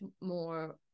more